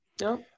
No